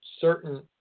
certain